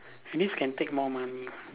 at least can take more money